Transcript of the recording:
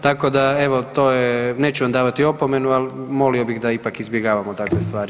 Tako da evo to je, neću vam davati opomenu, al molio bih da ipak izbjegavamo takve stvari.